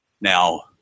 Now